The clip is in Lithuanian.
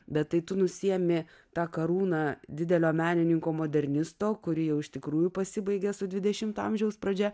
bet tai tu nusiėmė tą karūną didelio menininko modernisto kuri jau iš tikrųjų pasibaigė su dvidešimto amžiaus pradžia